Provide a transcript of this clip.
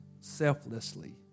Selflessly